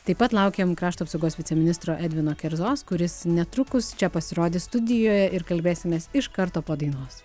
taip pat laukiam krašto apsaugos viceministro edvino kerzos kuris netrukus čia pasirodys studijoje ir kalbėsimės iš karto po dainos